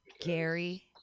Gary